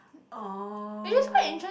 oh